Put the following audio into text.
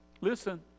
listen